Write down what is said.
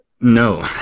No